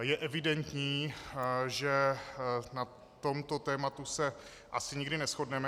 Je evidentní, že na tomto tématu se asi nikdy neshodneme.